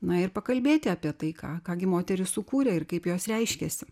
na ir pakalbėti apie taiką ką gi moteris sukūrė ir kaip jos reiškiasi